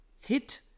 hit